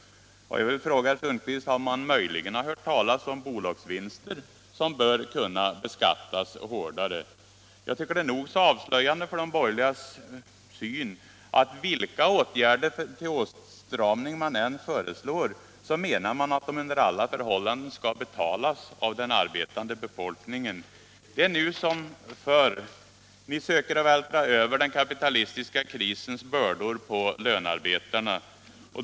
Jag vill då fråga herr Sundkvist om han möjligen har hört talas om bolagsvinster. Dessa bör ju kunna beskattas hårdare. Jag tycker att det är nog så avslöjande för de borgerligas syn att vilka åtgärder till åtstramning man än föreslår, så menar man att de under alla förhållanden skall betalas av den arbetande befolkningen. Det är som det har varit tidigare: ni försöker vältra över den kapitalistiska krisens bördor på lönarbetarna.